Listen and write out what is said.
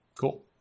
cool